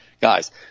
Guys